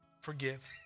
Forgive